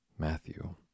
Matthew